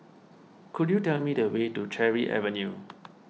could you tell me the way to Cherry Avenue